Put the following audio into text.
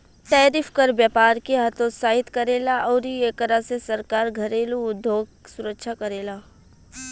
tariff कर व्यपार के हतोत्साहित करेला अउरी एकरा से सरकार घरेलु उधोग सुरक्षा करेला